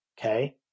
okay